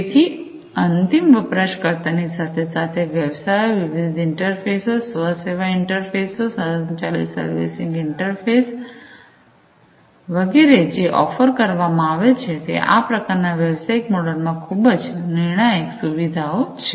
તેથી અંતિમ વપરાશકર્તાની સાથે સાથે વ્યવસાયો વિવિધ ઇન્ટરફેસો સ્વ સેવા ઇન્ટરફેસો સ્વચાલિત સર્વિસિંગ ઇન્ટરફેસ વગેરે જે ઓફર કરવામાં આવે છે તે આ પ્રકારના વ્યવસાયિક મોડેલમાં ખૂબ જ નિર્ણાયક સુવિધાઓ છે